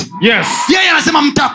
Yes